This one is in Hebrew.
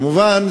כמובן,